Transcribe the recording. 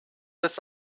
des